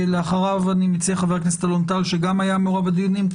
אחריו אני מציע חבר הכנסת אלון טל שגם היה מעורב בדיונים.